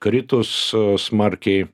kritus smarkiai